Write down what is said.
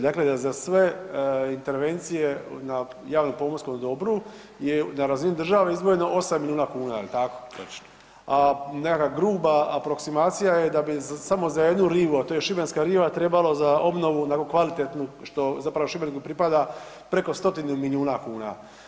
Dakle, za sve intervencije na javno pomorskom dobru je na razini države izdvojeno 8 miliona kuna, jel tako [[Upadica: Točno.]] a nekakva gruba aproksimacija je da bi samo za jednu rivu, a to je šibenska riva trebalo za obnovu onako kvalitetnu što zapravo Šibeniku pripada preko 100 milijuna kuna.